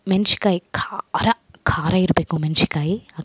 ಮೆಣ್ಸಿಕಾಯ್ ಖಾರ ಖಾರ ಇರಬೇಕು ಮೆಣ್ಸಿಕಾಯ್